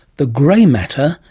the grey matter,